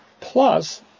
plus